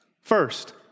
First